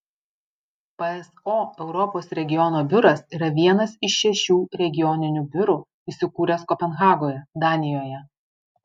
pso europos regiono biuras yra vienas iš šešių regioninių biurų įsikūręs kopenhagoje danijoje